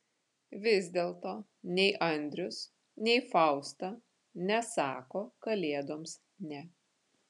vis dėlto nei andrius nei fausta nesako kalėdoms ne